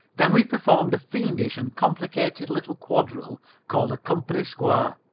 then we performed a fiendish and complicated little quadrille called a company square.